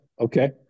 okay